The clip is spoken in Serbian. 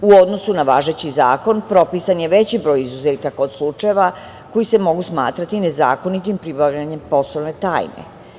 U odnosu na važeći zakon propisan je veći broj izuzetaka od slučajeva koji se mogu smatrati nezakonitim pribavljanjem poslovne tajne.